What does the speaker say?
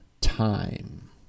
time